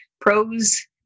Pros